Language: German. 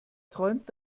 träumt